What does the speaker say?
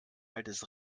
altes